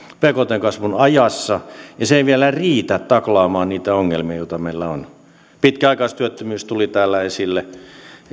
bkt kasvun ajassa ja se ei vielä riitä taklaamaan niitä ongelmia joita meillä on pitkäaikaistyöttömyys tuli täällä esille